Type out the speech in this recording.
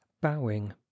bowing